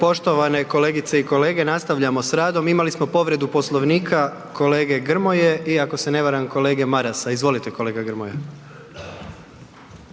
Poštovane kolegice i kolege, nastavljamo s radom, imali smo povredu Poslovnika kolege Grmoje i ako se ne varam, kolege Marasa. Izvolite, kolega Grmoja.